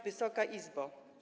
Wysoka Izbo!